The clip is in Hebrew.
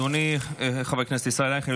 אדוני חבר הכנסת ישראל אייכלר,